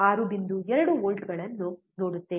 2 ವೋಲ್ಟ್ಗಳನ್ನು ನೋಡುತ್ತೇವೆ